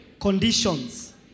conditions